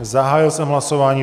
Zahájil jsem hlasování.